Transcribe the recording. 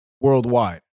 worldwide